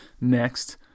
Next